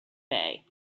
bay